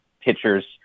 pitchers